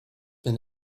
been